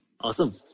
Awesome